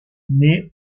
naît